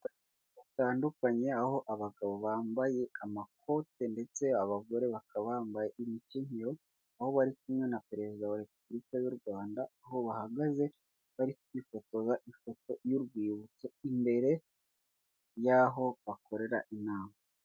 Abantu batandukanye aho abagabo bambaye amakote ndetse abagore bakaba bambaye imikenyero, aho bari kumwe na Perezida wa Repubulika y'u Rwanda, aho bahagaze bari kwifotoza ifoto y'urwibutso imbere y'aho bakorera inama.